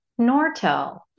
Nortel